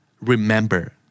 remember